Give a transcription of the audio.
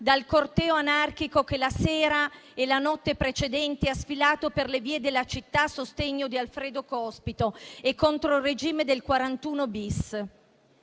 dal corteo anarchico che la sera e la notte precedente ha sfilato per le vie della città, a sostegno di Alfredo Cospito e contro il regime del 41-*bis*.